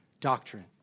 doctrine